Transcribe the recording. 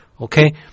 Okay